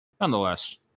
nonetheless